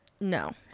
No